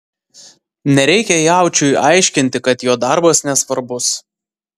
nereikia jaučiui aiškinti kad jo darbas nesvarbus